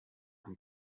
and